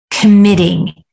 committing